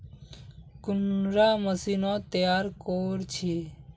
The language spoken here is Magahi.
कुंडा मशीनोत तैयार कोर छै?